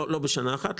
לא בשנה אחת,